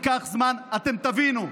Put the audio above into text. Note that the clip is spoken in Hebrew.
ייקח זמן, אתם תבינו.